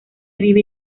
vive